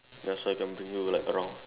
ya so I can bring you like around